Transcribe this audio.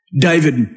David